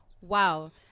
Wow